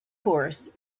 horse